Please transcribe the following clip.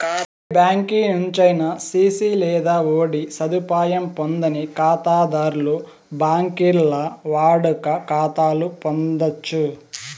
ఏ బ్యాంకి నుంచైనా సిసి లేదా ఓడీ సదుపాయం పొందని కాతాధర్లు బాంకీల్ల వాడుక కాతాలు పొందచ్చు